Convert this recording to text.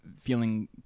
feeling